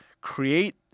create